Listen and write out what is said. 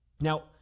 Now